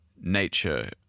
nature